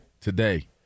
Today